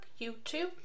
YouTube